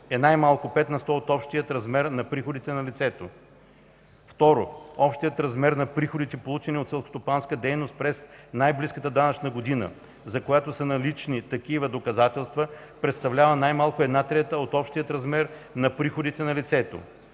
е най малко 5 на сто от общия размер на приходите на лицето; 2. общият размер на приходите, получени от селскостопанска дейност през най-близката данъчна година, за която са налични такива доказателства, представлява най-малко една трета от общия размер на приходите на лицето;